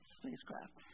spacecraft